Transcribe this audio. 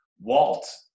Walt